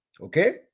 Okay